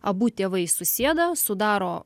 abu tėvai susėda sudaro